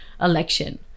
election